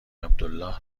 عبدالله